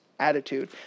Attitude